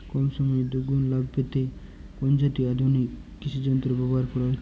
কম সময়ে দুগুন লাভ পেতে কোন জাতীয় আধুনিক কৃষি যন্ত্র ব্যবহার করা উচিৎ?